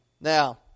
Now